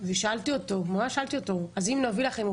שאלתי אותו: אם נביא לכם אופנועים,